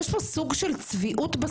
יש פה סוג של צביעות בסיפור הזה.